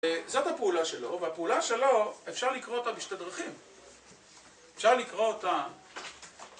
זאת הפעולה שלו, והפעולה שלו אפשר לקרוא אותה בשתי דרכים אפשר לקרוא אותה